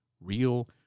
Real